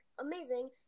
amazing